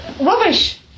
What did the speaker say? Rubbish